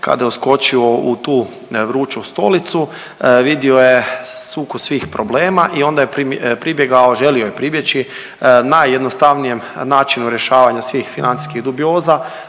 kada je uskočio u tu vruću stolicu vidio je sukus svih problema i onda je pribjegao, želio je pribjeći najjednostavnijem načinu rješavanja svih financijskih dubioza,